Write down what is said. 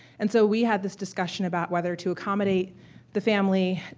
and so we had this discussion about whether to accommodate the family,